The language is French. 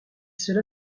cela